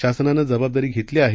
शासनानंजबाबदारीघेतलीआहे